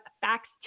Facts